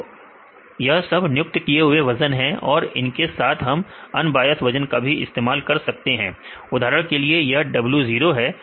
तो यह सब नियुक्त किए हुए वजन है और इनके साथ हम अनबायस वजन का भी इस्तेमाल कर सकते हैं उदाहरण के लिए यह w0 है